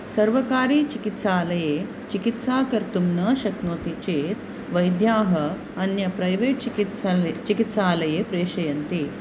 सर्वकारीचिकित्सालये चिकित्साकर्तुं न शक्नोति चेत् वैद्याः अन्य प्रैवेट् चिकित्सा चिकित्सालये प्रेषयन्ति